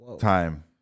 time